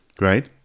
right